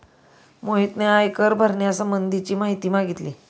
मोहितने आयकर भरण्यासंबंधीची माहिती मागितली